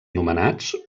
nomenats